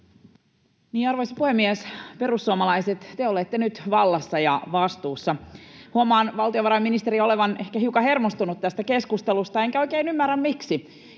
Arvoisa puhemies! Perussuomalaiset, te olette nyt vallassa ja vastuussa. [Oikealta: Onneksi!] Huomaan valtiovarainministerin olevan ehkä hiukan hermostunut tästä keskustelusta enkä oikein ymmärrä, miksi.